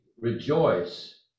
rejoice